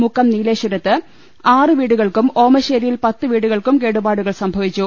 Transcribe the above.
മുക്കം നീലേശ്വരത്ത് ആറ് വീടുകൾക്കും ഓമശേരിയിൽ പത്ത് വീടുകൾക്കും കേടുപാ ടുകൾ സംഭവിച്ചു